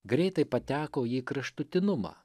greitai pateko į kraštutinumą